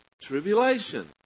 Tribulation